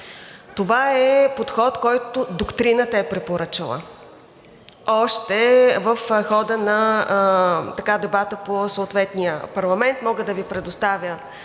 Това е подход, който доктрината е препоръчала още в хода на дебата по съответния парламент. Мога да Ви предоставя